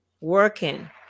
working